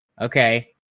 okay